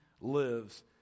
lives